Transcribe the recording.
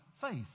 faith